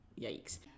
yikes